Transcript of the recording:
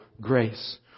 grace